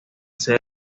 sede